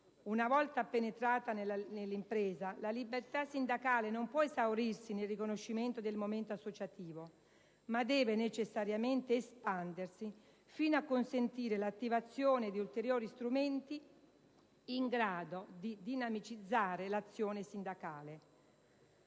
una volta penetrata nell'impresa, la libertà sindacale non può esaurirsi nel riconoscimento del momento associativo, ma deve necessariamente espandersi fino a consentire l'attivazione di ulteriori strumenti in grado di dinamicizzare l'azione sindacale.